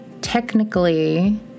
technically